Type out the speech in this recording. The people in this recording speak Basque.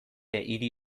hiri